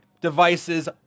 devices